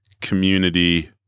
community